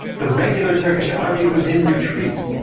the regular turkish army was in retreat,